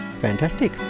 Fantastic